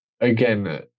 again